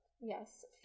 yes